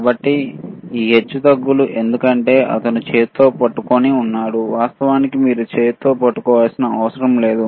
కాబట్టి ఈ హెచ్చుతగ్గులు ఎందుకంటే అతను చేతితో పట్టుకొని ఉన్నాడు వాస్తవానికి మీరు చేతితో పట్టుకోవలసిన అవసరం లేదు